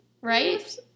right